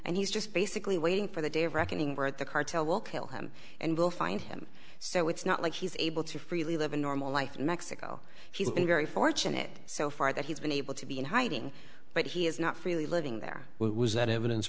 and he's just basically waiting for the day of reckoning for the cartel will kill him and will find him so it's not like he's able to freely live a normal life in mexico he's been very fortunate so far that he's been able to be in hiding but he is not freely living there was that evidence